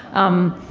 um,